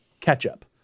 ketchup